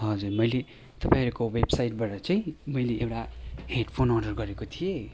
हजुर मैले तपाईँहरूको वेबसाइटबाट चाहिँ मैले एउटा हेडफोन अर्डर गरेको थिएँ